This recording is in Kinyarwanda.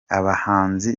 abahanzi